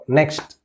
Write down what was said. next